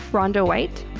ronda white,